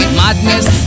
madness